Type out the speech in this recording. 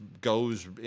goes